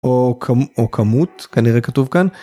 או כמות כנראה כתוב כאן.